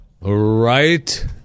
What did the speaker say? Right